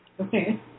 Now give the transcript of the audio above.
Okay